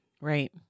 right